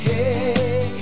Hey